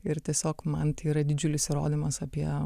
ir tiesiog man tai yra didžiulis įrodymas apie